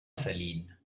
verliehen